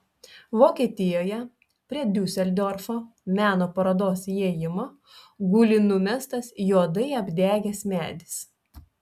vokietijoje prie diuseldorfo meno parodos įėjimo guli numestas juodai apdegęs medis